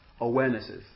awarenesses